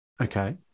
Okay